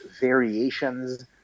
variations